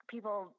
People